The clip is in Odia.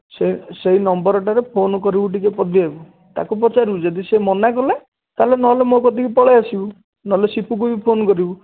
ସେ ସେଇ ନମ୍ବର୍ଟାରେ ଫୋନ୍ କରିବୁ ଟିକିଏ ପଦିଆକୁ ତାକୁ ପଚାରିବୁ ଯଦି ସେ ମନା କଲା ତା'ହେଲେ ନହେଲେ ମୋ କତିକି ପଳାଇଆସିବୁ ନହେଲେ ସିପୁକୁ ବି ଫୋନ୍ କରିବୁ